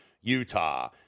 Utah